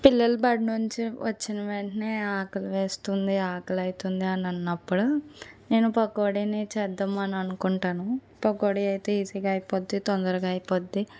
పిల్లలు బడి నుంచి వచ్చిన వెంటనే ఆకలి వేస్తుంది ఆకలి అవుతుంది అని అన్నప్పుడు నేను పకోడీని చేద్దాం అని అనుకుంటాను పకోడీ అయితే ఈజీగా అయిపోద్ది తొందరగా అయిపోద్ది